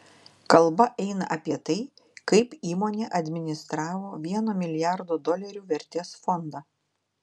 kalba eina apie tai kaip įmonė administravo vieno milijardo dolerių vertės fondą